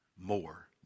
more